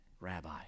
rabbi